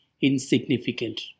insignificant